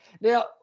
Now